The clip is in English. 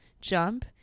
jump